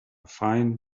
fine